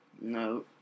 No